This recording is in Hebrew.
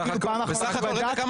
בחוץ.